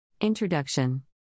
Introduction